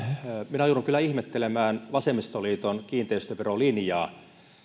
minä joudun kyllä ihmettelemään vasemmistoliiton kiinteistöverolinjaa